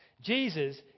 Jesus